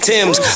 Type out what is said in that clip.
Tim's